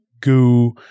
goo